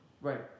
right